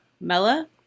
Mella